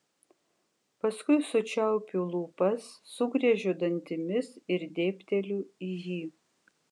paskui sučiaupiu lūpas sugriežiu dantimis ir dėbteliu į jį